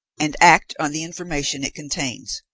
and act on the information it contains.